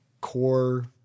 core